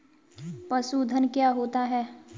पशुधन क्या होता है?